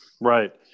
Right